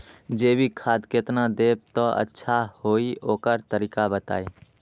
जैविक खाद केतना देब त अच्छा होइ ओकर तरीका बताई?